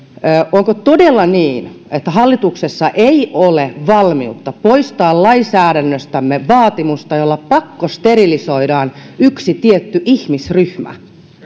onko todella niin että hallituksessa ei ole valmiutta poistaa lainsäädännöstämme vaatimusta että pakkosterilisoidaan yksi tietty ihmisryhmä